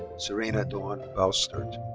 sarena dawn baustert.